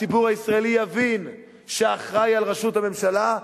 הציבור הישראלי יבין שההכרעה היא על ראשות הממשלה,